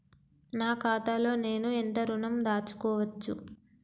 నా ఖాతాలో నేను ఎంత ఋణం దాచుకోవచ్చు?